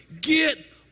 Get